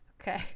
Okay